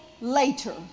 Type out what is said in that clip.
later